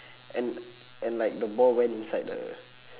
and and like the ball went inside the